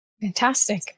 fantastic